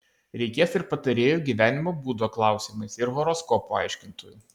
reikės ir patarėjų gyvenimo būdo klausimais ir horoskopų aiškintojų